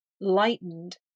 lightened